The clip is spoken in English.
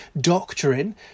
doctrine